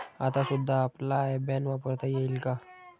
आता सुद्धा आपला आय बॅन वापरता येईल का?